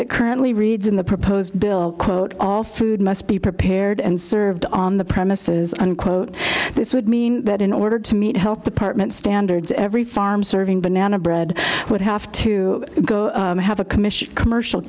it currently reads in the proposed bill quote all food must be prepared and served on the premises unquote this would mean that in order to meet health department standards every farm serving banana bread would have to have a commission commercial